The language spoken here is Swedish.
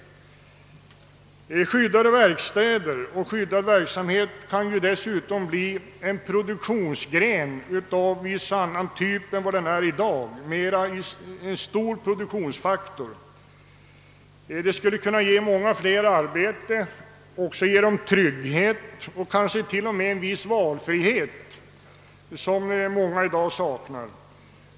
Skyddad verksamhet, med skyddade verkstäder, kan dessutom bli en produktionsgren av viss annan typ än den är i dag — en stor produktionsfaktor vilken skulle kunna ge många fler arbete, trygghet och t.o.m. en viss valfrihet som många i dag saknar.